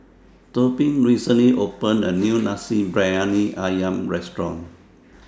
Tobin recently opened A New Nasi Briyani Ayam Restaurant